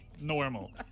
normal